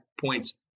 points